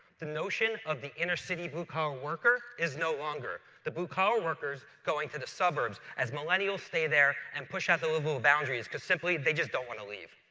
the notion of the inner-city blue-collar worker is no longer. the blue collar worker's going to the suburbs as millennials stay there and push out the level of boundaries because simply they just don't want to leave.